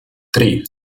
три